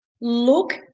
look